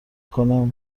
کنم